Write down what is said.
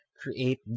Create